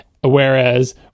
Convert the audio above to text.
whereas